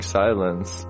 silence